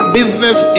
business